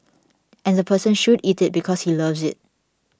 and the person should eat it because he loves it